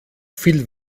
viel